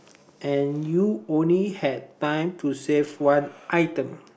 and you only had time to save one item